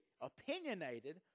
opinionated